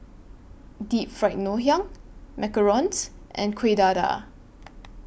Deep Fried Ngoh Hiang Macarons and Kuih Dadar